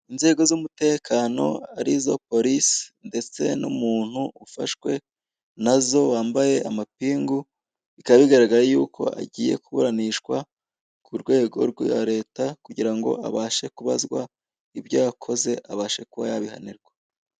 Inzego z'umutekano arizo polisi, ndetse n'umuntu ufashwe nazo, wambaye amapingu, bikaba bigaragara y'uko agiye kuburanishwa ku rwego rwa leta, kugira abashe kubazwa ibyo yakoze, abashe kuba yabihanirwa.